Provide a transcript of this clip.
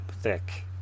thick